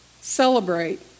celebrate